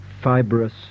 fibrous